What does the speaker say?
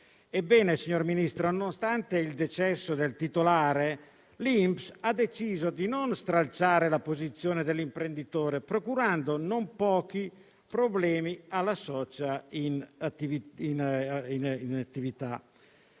Ebbene, signor Ministro, nonostante il decesso del titolare, l'INPS ha deciso di non stralciare la posizione dell'imprenditore procurando non pochi problemi alla socia in attività.